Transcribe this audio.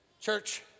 Church